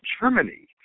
Germany